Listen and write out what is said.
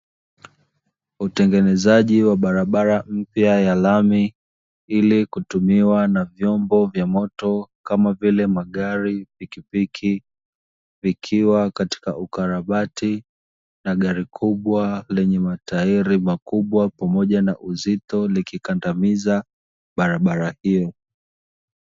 Utengenezaji wa barabara mpya ya lami, ili kutumiwa na vyombo vya moto kama vile magari, pikipiki vikiwa katika ukarabati, na gari kubwa lenye matairi makubwa pamoja na uzito likikandamiza barabara hiyo.